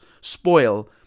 spoil